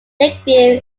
lakeview